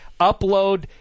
Upload